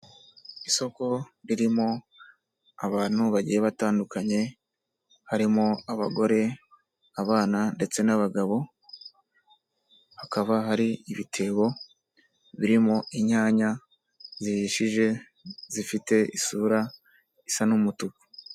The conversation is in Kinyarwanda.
Isoko ririmo abantu bagiye batandukanye, harimo abagore, abana ndetse n'abagabo, hakaba hari ibitebo birimo inyanya zihishije, zifite isura isa n'umutuku.